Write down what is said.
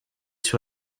sur